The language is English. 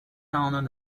owned